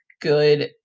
good